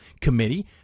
committee